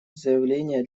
заявления